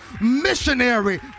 Missionary